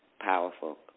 Powerful